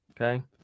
okay